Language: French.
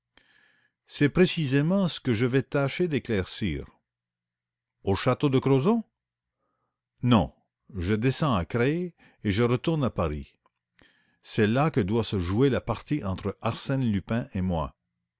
c'est précisément ce que je vais tâcher d'éclaircir au château de crozon non je descends à creil et je retourne à paris c'est là que doit se jouer la partie entre arsène lupin et moi